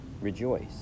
Rejoice